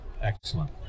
excellent